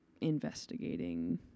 investigating